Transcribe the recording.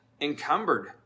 encumbered